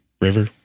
river